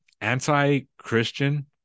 anti-Christian